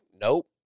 nope